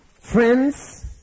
friends